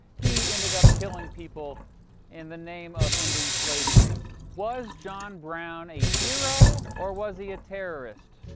he ended up killing people in the name of ending slavery. was john brown a hero or was he terrorist?